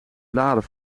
blaren